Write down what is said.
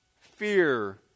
Fear